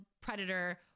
predator